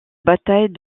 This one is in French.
bataille